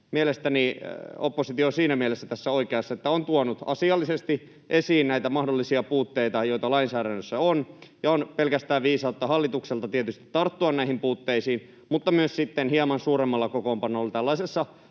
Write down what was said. Mielestäni oppositio on siinä mielessä tässä oikeassa, että on tuonut asiallisesti esiin näitä mahdollisia puutteita, joita lainsäädännössä on, ja on pelkästään viisautta tietysti hallitukselta tarttua näihin puutteisiin mutta myös sitten hieman suuremmalla kokoonpanolla tällaisessa